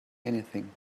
anything